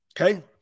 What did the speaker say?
Okay